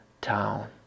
Town